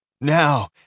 Now